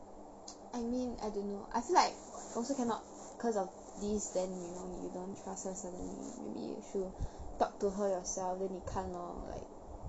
I mean I don't know I feel like also cannot cause of this then you know you don't trust her suddenly maybe you should talk to her yourself then 你看 lor like